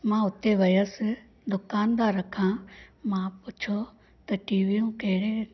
मां हुते वियसि त दुकानदार खां मां पुछो त टीवियूं कहिड़े